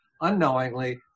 unknowingly